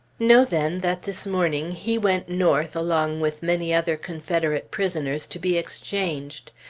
know, then, that this morning, he went north along with many other confederate prisoners, to be exchanged.